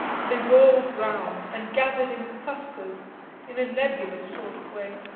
and they whirled round and gathered in clusters in a nebulous sort of way.